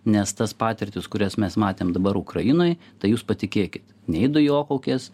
nes tas patirtis kurias mes matėm dabar ukrainoj tai jūs patikėkit nei dujokaukės